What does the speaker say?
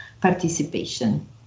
participation